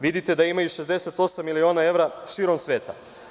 Vidite da ima i 68 miliona evra širom sveta.